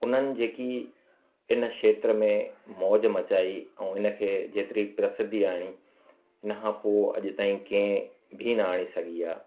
उन्हनि जे कि हिन खेत्र में मौज मचाई ऐं हुनखे जेतिरी प्रसिद्धी आणी हुन खां पोइ अॼु ताईं कंहिं बि न आणे सघी आहे